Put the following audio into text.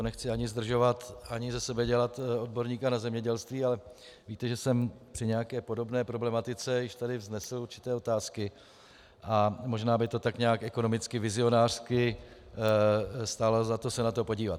Nechci ani zdržovat ani ze sebe dělat odborníka na zemědělství, ale víte, že jsem při nějaké podobné problematice již tady vznesl určité otázky, a možná by to nějak ekonomicky vizionářsky stálo za to se na to podívat.